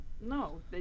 no